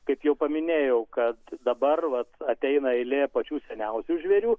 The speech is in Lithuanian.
kaip jau paminėjau kad dabar vat ateina eilė pačių seniausių žvėrių